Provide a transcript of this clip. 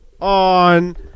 on